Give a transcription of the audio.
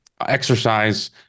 exercise